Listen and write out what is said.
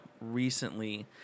recently